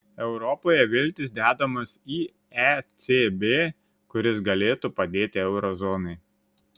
europoje viltys dedamos į ecb kuris galėtų padėti euro zonai